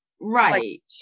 Right